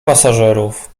pasażerów